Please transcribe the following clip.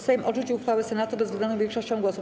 Sejm odrzucił uchwałę Senatu bezwzględną większością głosów.